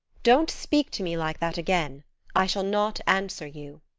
don't speak to me like that again i shall not answer you.